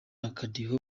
akadiho